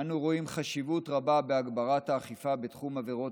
אנו רואים חשיבות רבה בהגברת האכיפה בתחום עבירות